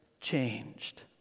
changed